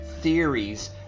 theories